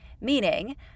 Meaning